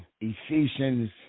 Ephesians